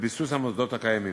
וביסוס המוסדות הקיימים.